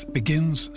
begins